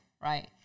Right